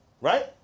right